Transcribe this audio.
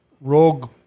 rogue